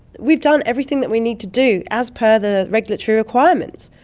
we've done everything that we need to do as per the regulatory requirements.